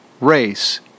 race